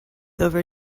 over